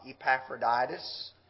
Epaphroditus